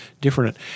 different